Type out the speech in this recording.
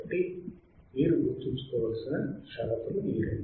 కాబట్టి మీరు గుర్తుంచుకోవలసిన షరతులు ఈ రెండు